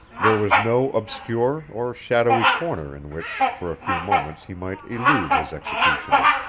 there was no obscure or shadowy corner in which for a few moments he might elude his executioner.